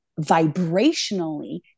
vibrationally